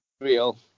real